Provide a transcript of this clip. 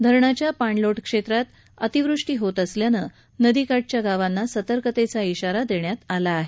धरणाच्या पाणलोट क्षेत्रात अतिवृष्टी होत असल्यानं नदीकाठच्या गावांना सतर्कतेचा आारा देण्यात आलाय